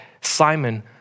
Simon